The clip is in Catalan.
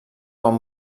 quan